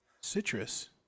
Citrus